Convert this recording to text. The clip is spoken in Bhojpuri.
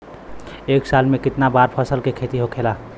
एक साल में कितना बार फसल के खेती होखेला?